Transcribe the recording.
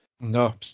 No